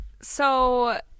so-